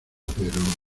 pero